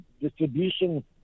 distribution